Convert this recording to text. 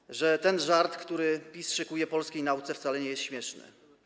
Tylko że ten żart, który PiS szykuje polskiej nauce, wcale nie jest śmieszny.